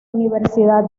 universidad